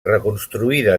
reconstruïda